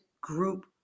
group